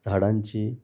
झाडांची